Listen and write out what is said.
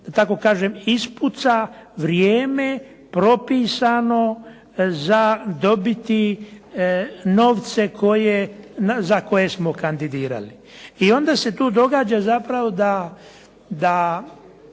da tako kažem, ispuca vrijeme propisano za dobiti novce za koje smo kandidirali. I onda se tu događa zapravo da